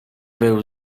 był